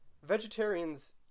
Vegetarians